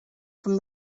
from